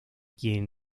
quien